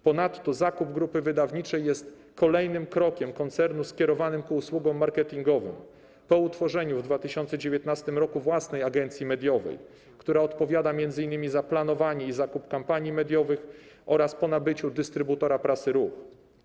Ponadto zakup grupy wydawniczej jest kolejnym krokiem koncernu skierowanym ku usługom marketingowym, po utworzeniu w 2019 r. własnej agencji mediowej, która odpowiada m.in. za planowanie i zakup kampanii mediowych, oraz po nabyciu dystrybutora prasy Ruch.